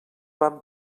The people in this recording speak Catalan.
vam